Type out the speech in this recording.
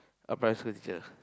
a primary school teacher